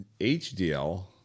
HDL